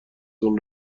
تون